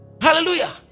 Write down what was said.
Hallelujah